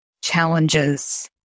challenges